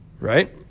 right